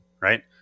right